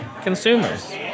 consumers